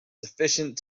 sufficient